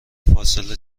فاصله